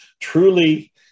truly